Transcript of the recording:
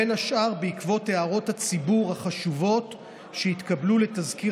בין השאר בעקבות הערות הציבור החשובות שהתקבלו לתזכיר